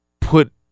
put